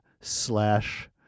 Slash